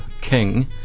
king